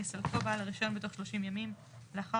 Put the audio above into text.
יסלקו בעל הרישיון בתוך 30 ימים לאחר